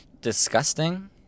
disgusting